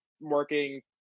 working